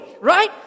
right